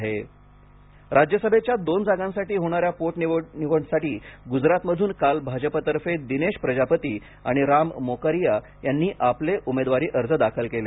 गजरात राज्यसभा राज्यसभेच्या दोन जागांसाठी होणाऱ्या पोटनिवडणुकांसाठी गुजरातमधून काल भाजपातर्फे दिनेश प्रजापती आणि राम मोकारीया यांनी आपले उमेदवारी अर्ज दाखल केले